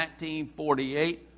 1948